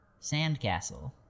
sandcastle